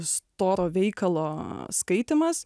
storo veikalo skaitymas